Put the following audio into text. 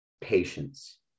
patience